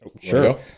Sure